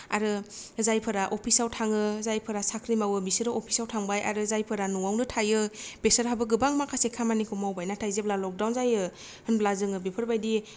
आरो जायफोरा अफिसाव थाङो जायफोरा साख्रि मावो बिसोरो अफिसाव थांबाय आरो जायफोरा नआवनो थायो बेसोरहाबो गोबां माखासे खामानिखौ मावबाय नाथाय जेब्ला लकदाउन जायो होनब्ला जोङो बेफोरबायदि